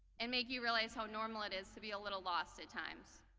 and make you realize how normal it is to be a little lost at times.